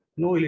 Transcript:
no